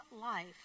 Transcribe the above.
life